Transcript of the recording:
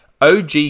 OG